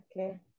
Okay